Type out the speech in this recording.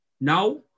now